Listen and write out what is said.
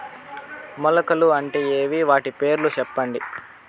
మొలకలు అంటే ఏమి? వాటి పేర్లు సెప్పండి?